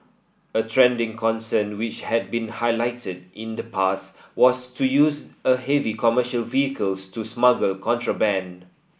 a trending concern which had been highlighted in the past was to use of heavy commercial vehicles to smuggle contraband